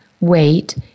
wait